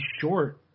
short